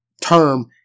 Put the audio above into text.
term